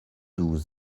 douze